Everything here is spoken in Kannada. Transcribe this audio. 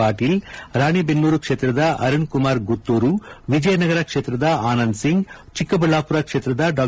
ಪಾಟೀಲ್ ರಾಣೇಬೆನ್ನೂರು ಕ್ಷೇತ್ರದ ಅರುಣ್ ಕುಮಾರ್ ಗುತ್ತೂರು ವಿಜಯನಗರ ಕ್ಷೇತ್ರದ ಆನಂದ್ ಸಿಂಗ್ ಚಿಕ್ಕಬಳ್ಳಾಪುರ ಕ್ಷೇತ್ರದ ಡಾ